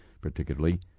particularly